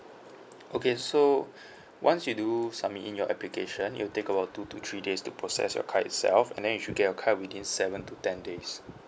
okay so once you do submit in your application it'll take about two to three days to process your card itself and then you should get your card within seven to ten days